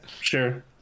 Sure